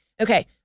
Okay